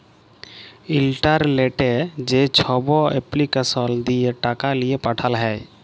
ইলটারলেটে যেছব এপলিকেসল দিঁয়ে টাকা লিঁয়ে পাঠাল হ্যয়